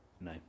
no